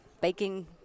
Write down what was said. baking